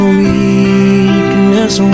weakness